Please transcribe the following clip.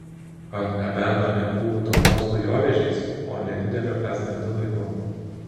atgabeno ne kubų talpos dujovežiais o nedideliu sgd laivu